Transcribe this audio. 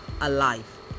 alive